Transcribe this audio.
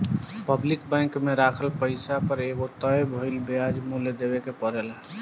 public bank में राखल पैसा पर एगो तय भइल ब्याज मूल्य देवे के परेला